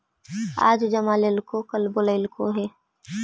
आज जमा लेलको कल बोलैलको हे?